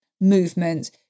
movement